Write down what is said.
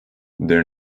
their